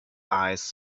eyes